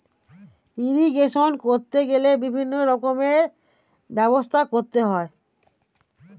irrigation করতে গেলে বিভিন্ন রকমের ব্যবস্থা করতে হয়